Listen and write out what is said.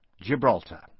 Gibraltar